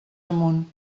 amunt